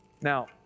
Now